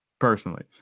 personally